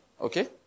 okay